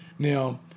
Now